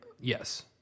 Yes